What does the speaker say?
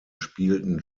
spielten